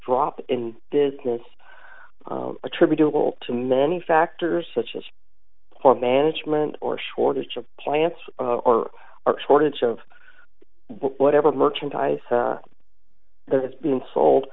drop in business attributable to many factors such as poor management or shortage of plants or shortage of whatever merchandise that is being sold